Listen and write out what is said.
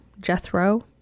Jethro